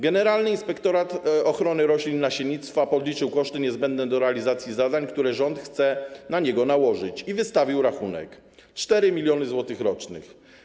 Generalny inspektorat ochrony roślin i nasiennictwa podliczył koszty niezbędne do realizacji zadań, które rząd chce na niego nałożyć, i wystawił rachunek - 4 mln zł rocznie.